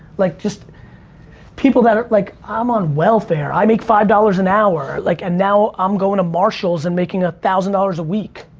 like, just people that are like i'm on welfare, i make five dollars an hour, like and now i'm goin' to marshall's and making one thousand dollars a week.